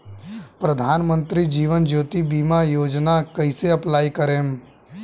प्रधानमंत्री जीवन ज्योति बीमा योजना कैसे अप्लाई करेम?